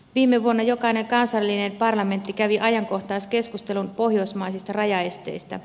viime vuonna jokainen kansallinen parlamentti kävi ajankohtaiskeskustelun pohjoismaisista rajaesteistä